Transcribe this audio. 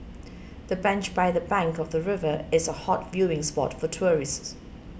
the bench by the bank of the river is a hot viewing spot for tourists